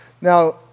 Now